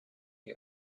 you